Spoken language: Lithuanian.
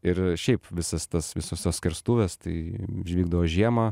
ir šiaip visas tas visos tos skerstuvės tai vykdavo žiemą